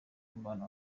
umubano